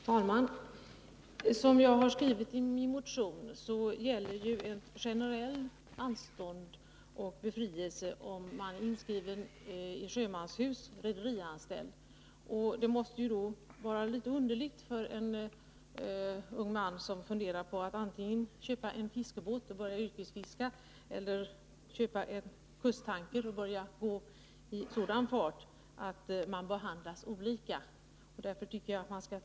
Herr talman! Som jag har skrivit i min motion gäller ett generellt anstånd och möjlighet till befrielse från värnpliktstjänstgöring om man är inskriven i sjömansregistret som rederianställd. Det måste te sig underligt för en ung man som funderar på att antingen köpa en fiskebåt och börja yrkesfiska eller köpa en kusttanker och börja gå i kustsjöfart, att han i de båda fallen behandlas olika när det gäller befrielse från militärtjänstgöring.